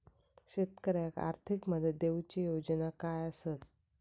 शेतकऱ्याक आर्थिक मदत देऊची योजना काय आसत?